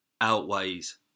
outweighs